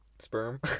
sperm